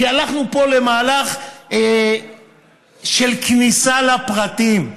כי הלכנו פה למהלך של כניסה לפרטים,